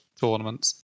tournaments